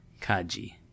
Kaji